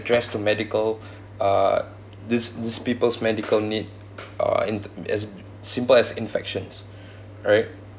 address to medical uh these these people's medical need uh in as simple as infections alright